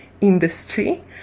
industry